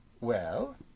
Well